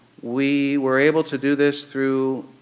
we were able to do this through